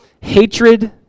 hatred